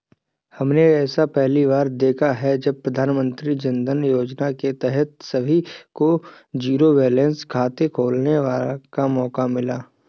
हमने ऐसा पहली बार देखा है जब प्रधानमन्त्री जनधन योजना के तहत सभी को जीरो बैलेंस खाते खुलवाने का मौका मिला